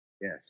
Yes